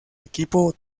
equipo